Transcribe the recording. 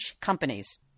companies